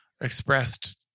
expressed